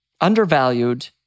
undervalued